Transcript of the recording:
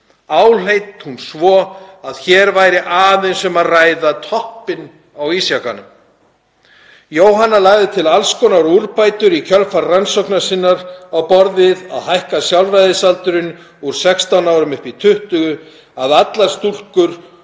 Áleit hún svo að hér væri aðeins um að ræða toppinn á ísjakanum. Jóhanna lagði til alls konar úrbætur í kjölfar rannsóknar sinnar, á borð við að hækka sjálfræðisaldurinn úr 16 árum upp í 20, að allar stúlkur